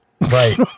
Right